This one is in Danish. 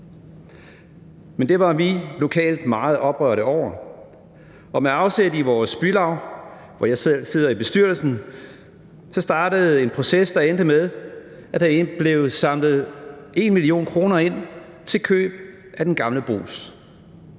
Men det var vi lokalt meget oprørte over, og med afsæt i vores bylav, hvor jeg selv sidder i bestyrelsen, startede en proces, der endte med, at der blev indsamlet 1 mio. kr. til køb af den gamle Brugs.